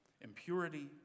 impurity